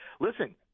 listen